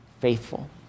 faithful